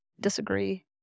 Disagree